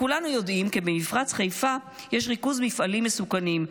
כולנו יודעים כי במפרץ חיפה יש ריכוז של מפעלים מסוכנים,